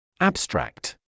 Abstract